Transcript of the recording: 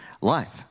life